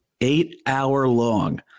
eight-hour-long